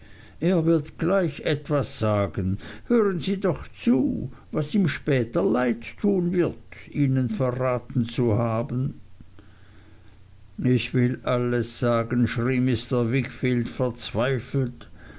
er wird gleich etwas sagen hören sie doch zu was ihm später leid tun wird ihnen verraten zu haben ich will alles sagen schrie mr wickfield verzweifelt